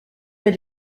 elle